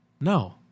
No